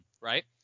Right